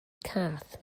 cath